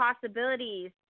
possibilities